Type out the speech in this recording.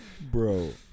Bro